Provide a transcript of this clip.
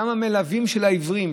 גם המלווים של העיוורים,